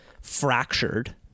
fractured